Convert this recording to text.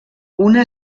una